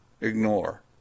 Ignore